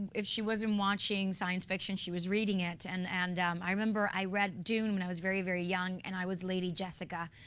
if she wasn't watching science fiction, she was reading it. and and um i remember i read dune when i was very, very young and i was lady jessica.